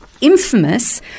infamous